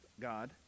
God